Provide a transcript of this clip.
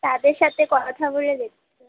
তাদের সাথে কথা বলে দেখতে হবে